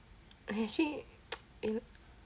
I actually